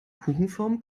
kuchenform